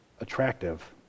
attractive